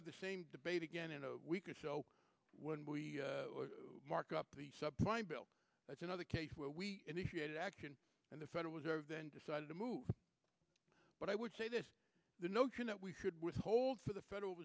have the same debate again in a week or so when we mark up the sub prime bill that's another case where we initiated action and the federal reserve then decided to move but i would say this the notion that we should withhold for the federal